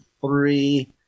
three